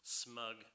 smug